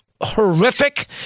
horrific